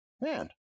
Man